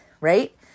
right